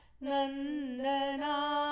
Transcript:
nandana